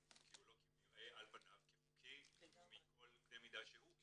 כי הוא נראה על פניו לחוקי בכל קנה מידה שהוא.